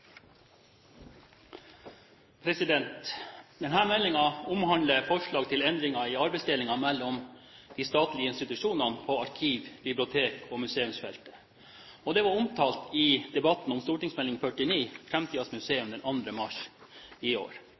utover den fordelte taletid, får en taletid på inntil 3 minutter. – Det anses vedtatt. Denne meldingen omhandler forslag til endringer i arbeidsdelingen mellom de statlige institusjonene på arkiv-, bibliotek- og museumsfeltet. Dette var omtalt i debatten om St.meld. nr. 49